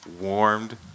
warmed